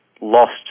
lost